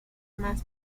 más